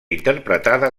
interpretada